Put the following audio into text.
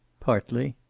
partly.